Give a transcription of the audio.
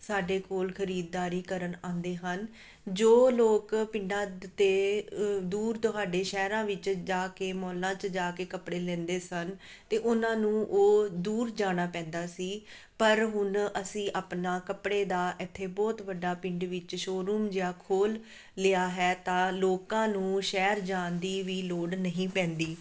ਸਾਡੇ ਕੋਲ ਖਰੀਦਦਾਰੀ ਕਰਨ ਆਉਂਦੇ ਹਨ ਜੋ ਲੋਕ ਪਿੰਡਾਂ ਤੋਂ ਦੂਰ ਦੁਰਾਡੇ ਸ਼ਹਿਰਾਂ ਵਿੱਚ ਜਾ ਕੇ ਮੌਲਾਂ 'ਚ ਜਾ ਕੇ ਕੱਪੜੇ ਲੈਂਦੇ ਸਨ ਤਾਂ ਉਹਨਾਂ ਨੂੰ ਉਹ ਦੂਰ ਜਾਣਾ ਪੈਂਦਾ ਸੀ ਪਰ ਹੁਣ ਅਸੀਂ ਆਪਣਾ ਕੱਪੜੇ ਦਾ ਇੱਥੇ ਬਹੁਤ ਵੱਡਾ ਪਿੰਡ ਵਿੱਚ ਸ਼ੋਰੂਮ ਜਿਹਾ ਖੋਲ ਲਿਆ ਹੈ ਤਾਂ ਲੋਕਾਂ ਨੂੰ ਸ਼ਹਿਰ ਜਾਣ ਦੀ ਵੀ ਲੋੜ ਨਹੀਂ ਪੈਂਦੀ